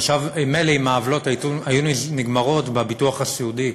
מילא אם העוולות היו נגמרות בביטוח הסיעודי.